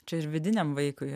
čia ir vidiniam vaikui